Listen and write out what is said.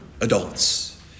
adults